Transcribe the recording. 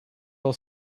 hill